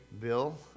Bill